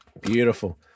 beautiful